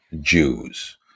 Jews